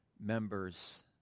members